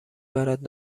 برد